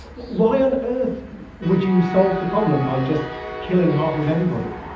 why on earth would you solve the problem by just killing half of everybody?